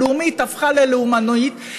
הלאומית הפכה ללאומנית,